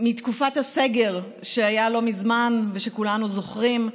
מתקופת הסגר שהיה לא מזמן ושכולנו זוכרים.